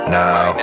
now